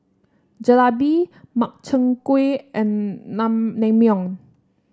Jalebi Makchang Gui and none Naengmyeon